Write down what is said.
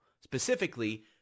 Specifically